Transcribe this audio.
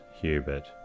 Hubert